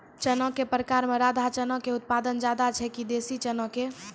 चना के प्रकार मे राधा चना के उत्पादन ज्यादा छै कि देसी चना के?